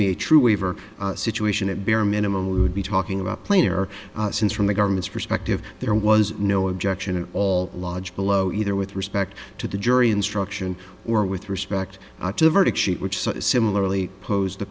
me a true waiver situation a bare minimum we would be talking about player since from the government's perspective there was no objection at all logic below either with respect to the jury instruction or with respect to the verdict sheet which so similarly posed the